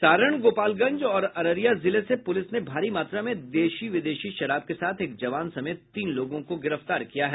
सारण गोपालगंज और अररिया जिले से पूलिस ने भारी मात्रा में देशी विदेशी शराब के साथ एक जवान समेत तीन लोगों को गिरफ्तार किया है